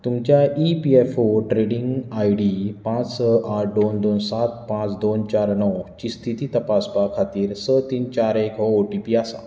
तुमच्या E P F O tracking I D पांच स आठ दोन दोन सात पांच दोन चार णव ची स्थिती तपासपा खातीर स तीन चार एक हो ओ टी पी आसा